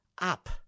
up